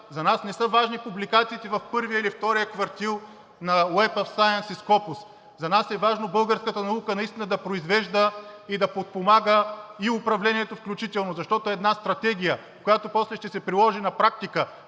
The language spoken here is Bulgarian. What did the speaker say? за нас не са важни публикациите в първия или втория квартил на Web of Science and SCOPUS, за нас е важно българската наука наистина да произвежда и да подпомага управлението включително, защото една стратегия, която после ще се приложи на практика,